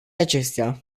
acestea